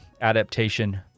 adaptation